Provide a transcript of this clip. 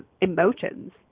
emotions